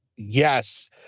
Yes